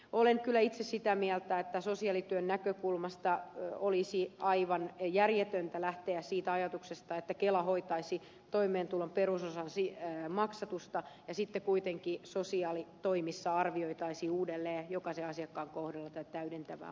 olen kyllä itse sitä mieltä että sosiaalityön näkökulmasta olisi aivan järjetöntä lähteä siitä ajatuksesta että kela hoitaisi toimeentulotuen perusosan maksatusta ja sitten kuitenkin sosiaalitoimessa arvioitaisiin uudelleen jokaisen asiakkaan kohdalla täydentävää osuutta